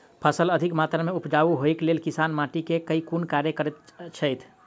फसल अधिक मात्रा मे उपजाउ होइक लेल किसान माटि मे केँ कुन कार्य करैत छैथ?